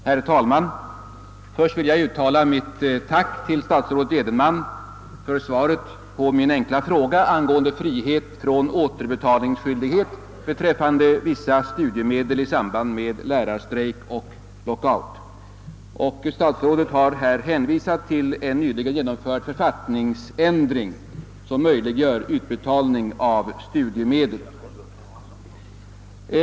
Herr talman! Jag vill först uttala mitt tack till statsrådet Edenman för svaret på min enkla fråga angående frihet från - återbetalningsskyldighet = beträf fande vissa studiemedel i samband med lärarstrejk och lockout. Statsrådet har hänvisat till en nyligen genomförd författningsändring, som möjliggör utbetalning av studiemedel.